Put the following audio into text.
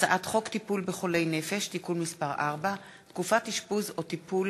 הצעת חוק טיפול בחולי נפש (תיקון מס' 4) (תקופת אשפוז או טיפול